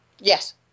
Yes